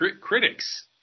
critics